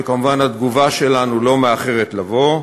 וכמובן התגובה שלנו לא מאחרת לבוא.